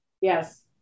Yes